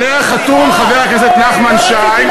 עליה חתום חבר הכנסת נחמן שי,